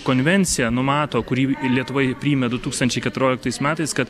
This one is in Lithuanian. konvencija numato kurį lietuva jį priėmė du tūkstančiai keturioliktais metais kad